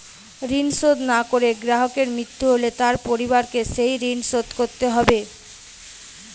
ঋণ শোধ না করে গ্রাহকের মৃত্যু হলে তার পরিবারকে সেই ঋণ শোধ করতে হবে?